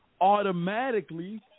Automatically